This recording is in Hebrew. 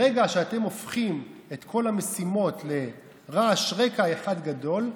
ברגע שאתם הופכים את כל המשימות לרעש רקע אחד גדול,